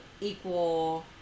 equal